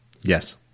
Yes